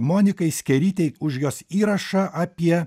monikai skėrytei už jos įrašą apie